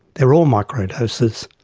they are all micro-doses.